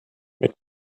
mit